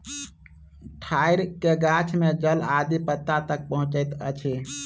ठाइड़ सॅ गाछ में जल आदि पत्ता तक पहुँचैत अछि